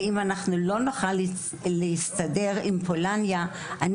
אם לא נוכל להסתדר עם פולניה,